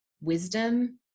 wisdom